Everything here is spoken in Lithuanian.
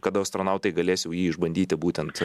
kada astronautai galės jau jį išbandyti būtent